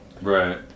right